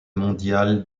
mondial